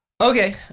Okay